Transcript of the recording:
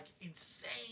insane